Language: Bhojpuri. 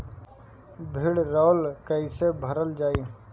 भीडरौल कैसे भरल जाइ?